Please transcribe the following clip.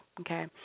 okay